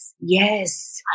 Yes